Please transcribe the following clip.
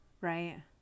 right